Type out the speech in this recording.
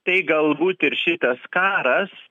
tai galbūt ir šitas karas